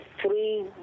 three